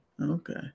Okay